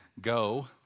go